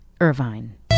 Irvine